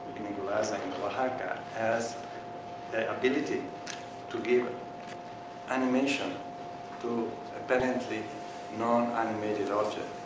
inca-laza in wahaca has the ability to give ah animation to apparently non-animated object.